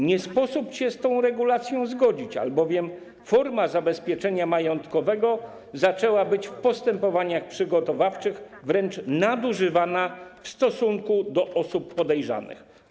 Nie sposób się z tą regulacją zgodzić, albowiem forma zabezpieczenia majątkowego zaczęła być w postępowaniach przygotowawczych wręcz nadużywana w stosunku do osób podejrzanych.